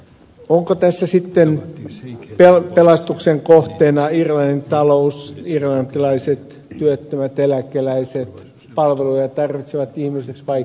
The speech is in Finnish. ovatko tässä sitten pelastuksen kohteena irlannin talous irlantilaiset työttömät eläkeläiset palveluja tarvitsevat ihmiset vai ketkä